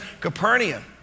Capernaum